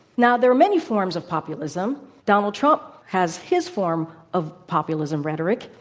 now, there are many forms of populism. donald trump has his form of populism rhetoric,